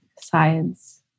science